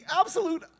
absolute